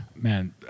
man